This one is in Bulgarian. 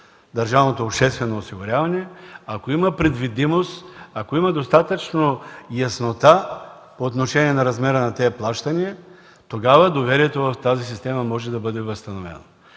държавното обществено осигуряване, ако има предвидимост, ако има достатъчно яснота по отношение размера на тези плащания, тогава доверието в тази система може да бъде възстановено.